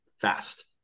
fast